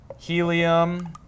Helium